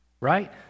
right